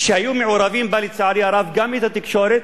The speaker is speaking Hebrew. שהיו מעורבים בה, לצערי הרב, גם התקשורת.